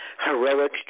heroic